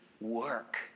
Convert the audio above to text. work